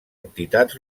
entitats